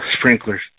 sprinklers